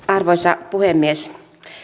arvoisa puhemies